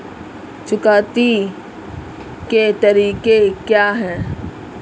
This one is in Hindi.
चुकौती के तरीके क्या हैं?